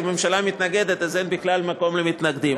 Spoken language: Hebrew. אם הממשלה מתנגדת אז אין בכלל מקום למתנגדים.